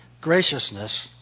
graciousness